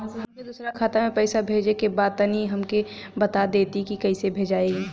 हमके दूसरा खाता में पैसा भेजे के बा तनि हमके बता देती की कइसे भेजाई?